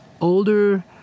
older